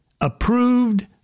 approved